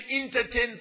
entertain